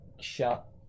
shut